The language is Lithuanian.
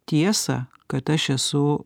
tiesą kad aš esu